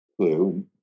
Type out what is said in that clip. clue